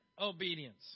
obedience